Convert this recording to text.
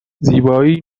زیبایی